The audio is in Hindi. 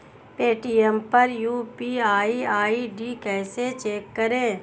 पेटीएम पर यू.पी.आई आई.डी कैसे चेक करें?